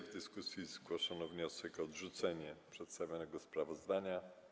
W dyskusji zgłoszono wniosek o odrzucenie przedstawionego sprawozdania.